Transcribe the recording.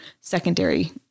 secondary